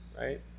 right